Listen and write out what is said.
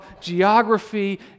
geography